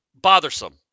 bothersome